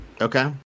Okay